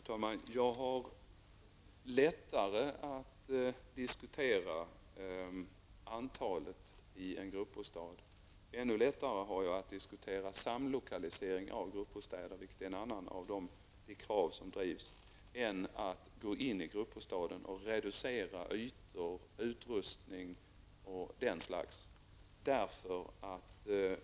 Fru talman! Jag har lättare att diskutera antalet i en gruppbostad och ännu lättare att diskutera samlokalisering av gruppbostäder, vilket är ett annat av de krav som drivs, än att gå in i gruppbostaden och reducera ytor och utrustning eller göra andra förändringar av det slaget.